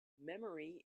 memory